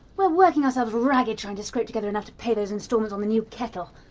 we're working ourselves ragged trying to scrape together enough to pay those instalments on the new kettle,